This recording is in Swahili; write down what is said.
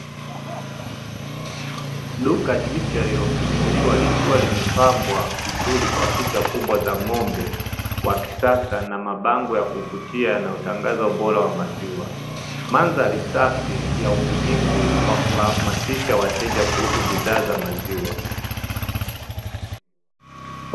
Duka jipya lililofunguliwa, likiwa limepambwa vizuri kwa picha kubwa za ng'ombe wa kisasa na mabango ya kuvutia, yanayotangaza ubora wa maziwa, mandhari safi ya ubunifu wa kuhamasisha wateja kuhusu bidhaa za maziwa.